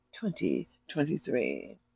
2023